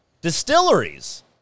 distilleries